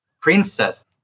princess